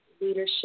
leadership